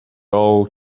all